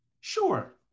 sure